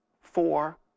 four